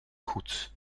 goed